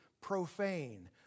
profane